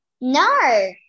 No